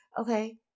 Okay